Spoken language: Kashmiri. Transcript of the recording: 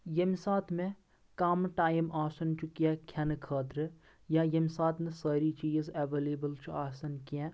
ییٚمِہ ساتہٕ مےٚ کَم ٹایِم آسُن چھُ کینٛہہ کھٮ۪نہٕ خٲطرٕ یا ییٚمِہ ساتہٕ مےٚ سٲری چیٖز ایٚویٚلیبٕل چھُ آسان کینٛہہ